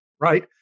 right